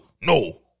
no